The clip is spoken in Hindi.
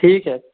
ठीक है